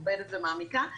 מכובדת ומעמיקה,